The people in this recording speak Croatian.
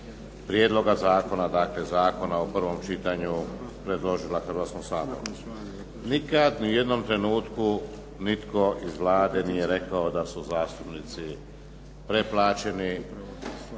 prijedloga zakona, dakle zakona u prvom čitanju predložila Hrvatskom saboru. Nikad ni u jednom trenutku nitko iz Vlade nije rekao da su zastupnici preplaćeni.